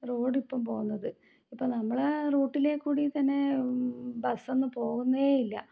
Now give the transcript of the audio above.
road ഇപ്പം പോവുന്നത് ഇപ്പോൾ നമ്മള റൂട്ടിൽകൂടി തന്നെ ബസ് ഒന്നും പോവുന്നതേ ഇല്ല